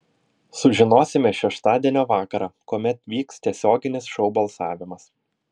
sužinosime šeštadienio vakarą kuomet vyks tiesioginis šou balsavimas